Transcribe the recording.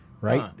Right